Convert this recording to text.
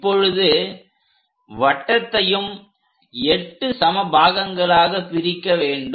இப்பொழுது வட்டத்தையும் 8 சம பாகங்களாக பிரிக்க வேண்டும்